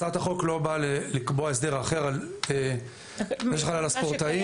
הצעת החוק לא באה לקבוע הסדר אחר מזה שחל על הספורטאים.